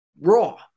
raw